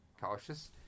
cautious